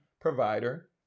provider